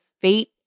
fate